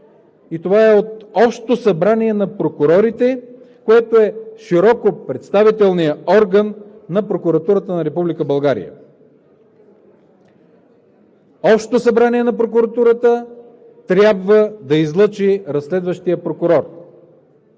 и това е от Общото събрание на прокурорите, което е широко представителният орган на Прокуратурата на Република България. Общото събрание на Прокуратурата трябва да излъчи разследващия прокурор.